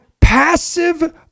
passive